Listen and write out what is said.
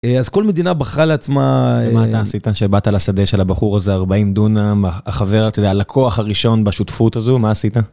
אז כל מדינה בחרה לעצמה. ומה אתה עשית כשבאת לשדה של הבחור הזה 40 דונם, החבר הזה, הלקוח הראשון בשותפות הזו, מה עשית?